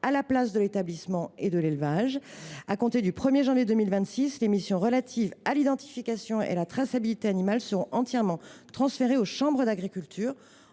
à la place de l’établissement de l’élevage. À compter du 1 janvier 2026, les missions relatives à l’identification et à la traçabilité animale seront entièrement transférées aux chambres d’agriculture.